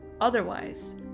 Otherwise